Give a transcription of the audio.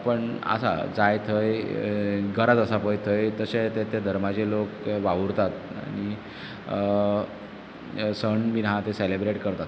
पण आसा जाय थंय गरज आसा पय थंय तशेंं तें तें धर्माचें लोक वावुरतात आनी हें सण बी हा ते सेलिब्रेट करतात